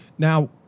Now